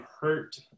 hurt